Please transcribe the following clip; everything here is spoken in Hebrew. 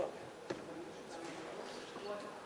החשמל (תיקון מס' 10 והוראת שעה),